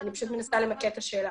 אני פשוט מנסה למקד את השאלה.